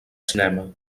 cinema